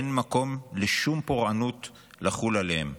אין מקום לשום פורענות לחול עליהם",